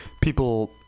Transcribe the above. people